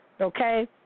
okay